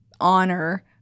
honor